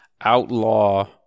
outlaw